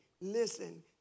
Listen